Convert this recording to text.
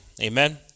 Amen